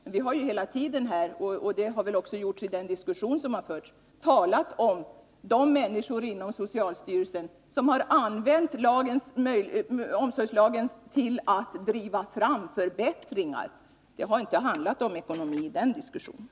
Men det har ju hela tiden här i riksdagen — och så har väl även varit fallet i diskussionen i övrigt — talats om människor inom socialstyrelsen som har använt omsorgslagen till att driva fram förbättringar. Det har i den diskussionen inte handlat om ekonomi.